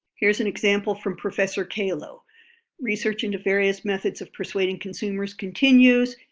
here's an example from professor calo research into various methods of persuading consumers continues.